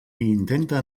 intenta